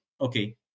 okay